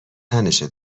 تنشه